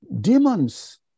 demons